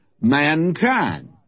mankind